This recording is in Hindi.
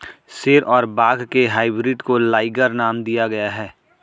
शेर और बाघ के हाइब्रिड को लाइगर नाम दिया गया है